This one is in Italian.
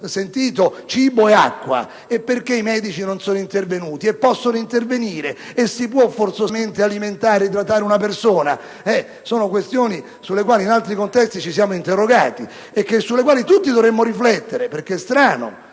sentito - cibo e acqua? E perché i medici non sono intervenuti? Possono intervenire? E si può forzosamente alimentare e idratare una persona? Sono tutte questioni sulle quali in altri contesti ci siamo interrogati e sulle quali tutti dovremmo riflettere, perché è strano